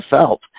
felt